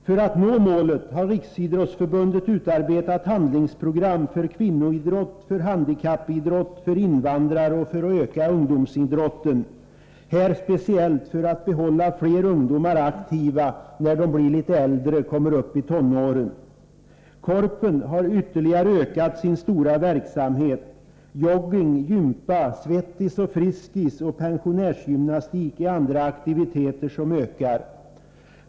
För att nå målet har Riksidrottsförbundet utarbetat handlingsprogram för kvinnoidrott, handikappidrott och aktiviteter för invandrare liksom handlingsprogram för att öka ungdomsidrotten, där man speciellt har inriktat sig på att behålla fler ungdomar aktiva när de kommer högre upp i tonåren. Korpen har ytterligare ökat sin stora verksamhet. Joggning, ”gympa”, Friskis & Svettis samt pensionärsgymnastik är andra aktiviteter som ökar.